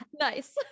nice